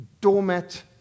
doormat